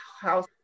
house